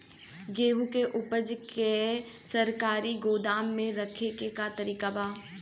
गेहूँ के ऊपज के सरकारी गोदाम मे रखे के का तरीका बा?